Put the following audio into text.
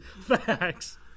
facts